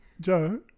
Joe